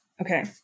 Okay